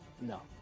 No